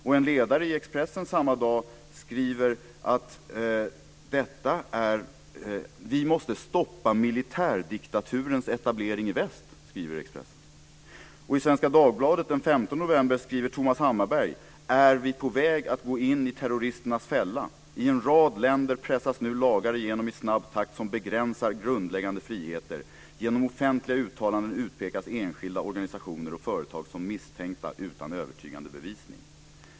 I en ledare samma dag skriver Expressen att vi måste stoppa militärdiktaturens etablering i väst. Thomas Hammarberg: "Är vi på väg att gå i terroristernas fälla? - I en rad länder pressas nu lagar igenom i snabb takt som begränsar grundläggande friheter. Genom offentliga uttalanden utpekas enskilda, organisationer och företag som misstänkta utan övertygande bevisning."